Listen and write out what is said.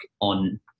on